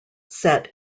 set